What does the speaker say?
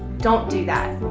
don't do that.